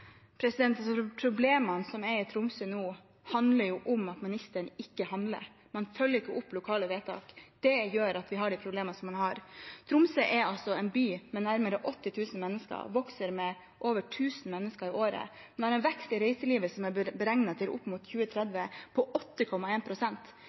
som allereie er under reforhandling. Problemene i Tromsø nå handler om at ministeren ikke handler, han følger ikke opp lokale vedtak. Det gjør at man har de problemene man har. Tromsø er en by med nærmere 80 000 mennesker, den vokser med over 1 000 mennesker i året, og den vil ha en beregnet årlig vekst i reiselivet